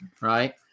right